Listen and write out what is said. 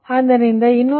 ಆದ್ದರಿಂದ 299